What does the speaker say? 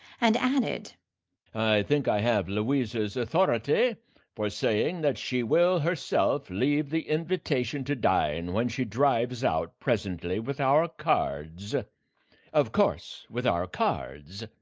and added i think i have louisa's authority for saying that she will herself leave the invitation to dine when she drives out presently with our cards of course with our cards.